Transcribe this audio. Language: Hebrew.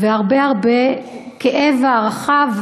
והרבה הרבה כאב והערכה.